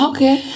Okay